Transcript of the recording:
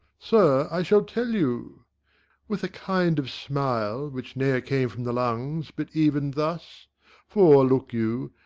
sir, i shall tell you with a kind of smile, which ne'er came from the lungs, but even thus for, look you,